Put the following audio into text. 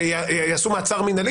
שיעשו מעצר מינהלי?